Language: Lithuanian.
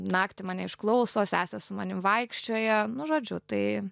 naktį mane išklauso sesės su manim vaikščioja nu žodžiu tai